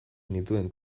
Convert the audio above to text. nituen